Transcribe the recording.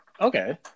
Okay